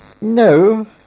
No